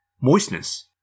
Moistness